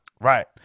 Right